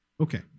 Okay